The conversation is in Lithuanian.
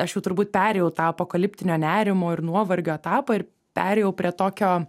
aš jau turbūt perėjau tą apokaliptinio nerimo ir nuovargio etapą ir perėjau prie tokio